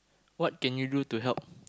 what can you do to help